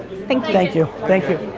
thank you. thank you, thank you.